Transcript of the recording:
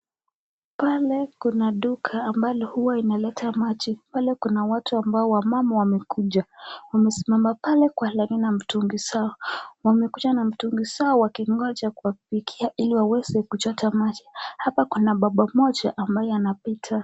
Pale Kuna duka ambalo kuwa inaleta maji, pale watu ambao ni wamama wamekuja amesimama pale Kwa laini na mitungi zao, wamekuja na mitungi zao wakingoja kufikia hili waweze kuchota maji hapa Kuna baba moja ambaye anapita.